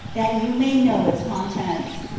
that you may know its contents.